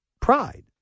pride